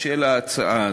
של ההצעה הזאת.